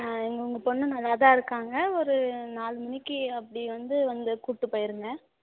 இங்கே உங்கள் பொண்ணு நல்லா தான் இருக்காங்க ஒரு நாலு மணிக்கு அப்படி வந்து வந்து கூட்டு போயிடுங்க